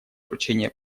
вручения